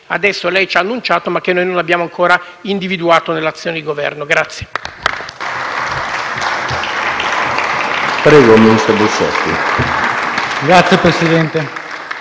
adesso lei ha annunciato ma che noi non abbiamo ancora individuato nell'azione di governo.